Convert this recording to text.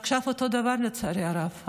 ועכשיו אותו דבר, לצערי הרב.